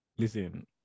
Listen